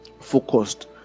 focused